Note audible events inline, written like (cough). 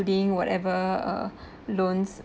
including whatever uh (breath) loans